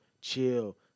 chill